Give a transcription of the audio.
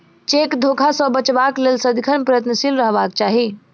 cheque धोखा सॅ बचबाक लेल सदिखन प्रयत्नशील रहबाक चाही